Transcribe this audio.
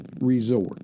resort